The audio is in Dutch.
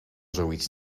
zoiets